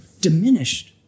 diminished